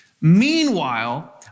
Meanwhile